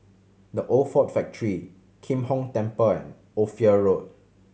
The Old Ford Factory Kim Hong Temple and Ophir Road